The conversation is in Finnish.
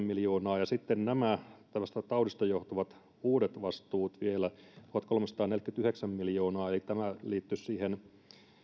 miljoonaa sitten nämä tästä taudista johtuvat uudet vastuut vielä tuhatkolmesataaneljäkymmentäyhdeksän miljoonaa eli tämä liittyisi siihen